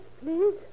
please